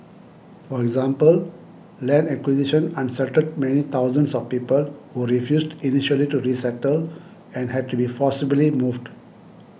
for example land acquisition unsettled many thousands of people who refused initially to resettle and had to be forcibly moved